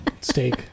steak